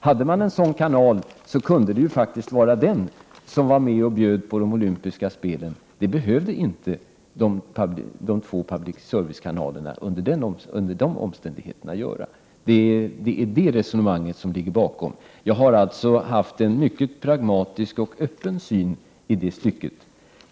Hade man en sådan kanal, kunde den faktiskt vara med och bjuda på olympiska spel. Det skulle inte de två public service-kanalerna under de omständigheterna göra. Detta resonemang ligger bakom mitt ställningstagande. Jag har haft en mycket pragmatisk och öppen syn i detta stycke.